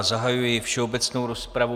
Zahajuji všeobecnou rozpravu.